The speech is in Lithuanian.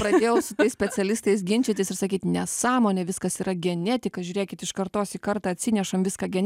pradėjau su tais specialistais ginčytis ir sakyt nesąmonė viskas yra genetika žiūrėkit iš kartos į kartą atsinešam viską gene